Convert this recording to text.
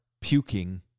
puking